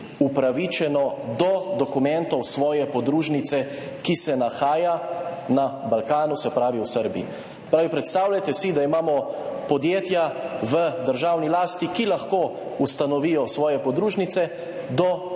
upravičeno do dokumentov svoje podružnice, ki se nahaja na Balkanu, v Srbiji. Predstavljajte si, da imamo podjetja v državni lasti, ki lahko ustanovijo svoje podružnice, do